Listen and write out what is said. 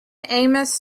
amos